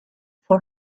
for